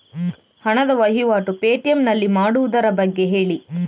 ಹಣದ ವಹಿವಾಟು ಪೇ.ಟಿ.ಎಂ ನಲ್ಲಿ ಮಾಡುವುದರ ಬಗ್ಗೆ ಹೇಳಿ